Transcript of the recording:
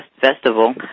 festival